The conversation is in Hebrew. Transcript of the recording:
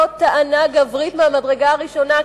זאת טענה גברית ממדרגה ראשונה,